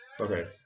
okay